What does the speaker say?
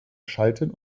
schalten